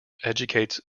educates